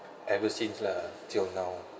ever since lah till now